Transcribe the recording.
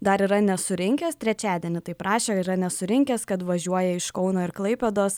dar yra nesurinkęs trečiadienį taip rašė yra nesurinkęs kad važiuoja iš kauno ir klaipėdos